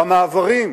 במעברים,